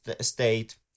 state